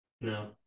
No